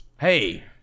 Hey